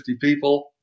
people